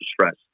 stress